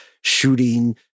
shooting